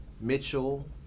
Mitchell